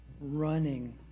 running